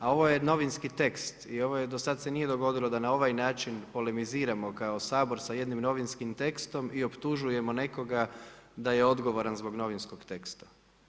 A ovo je novinski tekst i do sada se nije dogodilo da na ovaj način polemiziramo kao Sabor sa jednim novinskim tekstom i optužujemo nekoga da je odgovoran zbog novinskog teksta.